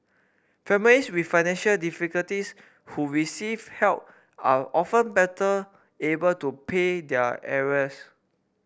families with financial difficulties who receive help are often better able to pay their arrears